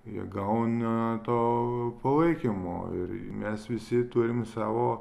jie gauna to palaikymo ir mes visi turim savo